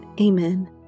Amen